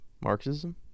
Marxism